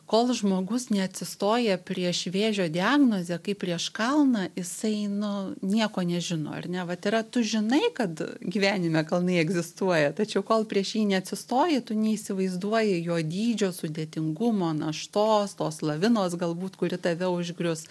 kol žmogus ne atsistoja prieš vėžio diagnozę kaip prieš kalną jisai nu nieko nežino ar ne vat yra tu žinai kad gyvenime kalnai egzistuoja tačiau kol prieš jį neatsistoji tu neįsivaizduoji jo dydžio sudėtingumo naštos tos lavinos galbūt kuri tave užgrius